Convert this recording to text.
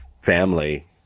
family